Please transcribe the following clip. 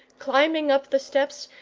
climbing up the steps,